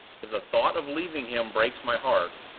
if the thought of leaving him breaks my heart,